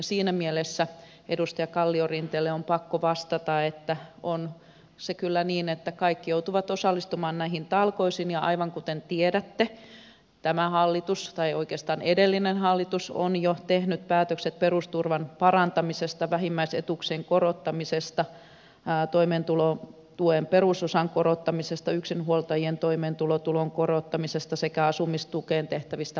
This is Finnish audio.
siinä mielessä edustaja kalliorinteelle on pakko vastata että on se kyllä niin että kaikki joutuvat osallistumaan näihin talkoisiin ja aivan kuten tiedätte tämä hallitus tai oikeastaan edellinen hallitus on jo tehnyt päätökset perusturvan parantamisesta vähimmäisetuuksien korottamisesta toimeentulotuen perusosan korottamisesta yksinhuoltajien toimeentulotuen korottamisesta sekä asumistukeen tehtävistä parannuksista